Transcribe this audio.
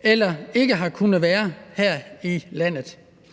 eller ikke har kunnet være her i landet.